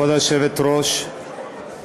כבוד היושבת-ראש,